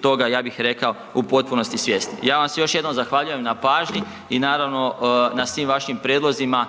toga ja bih rekao u potpunosti svjesni. Ja vam se još jednom zahvaljujem na pažnji i naravno na svim vašim prijedlozima,